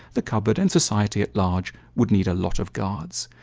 the cupboard and society at large would need a lot of guards.